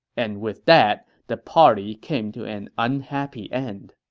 and with that, the party came to an unhappy end